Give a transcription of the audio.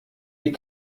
die